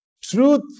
truth